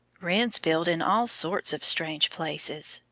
wrens build in all sorts of strange places,